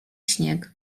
śnieg